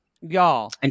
y'all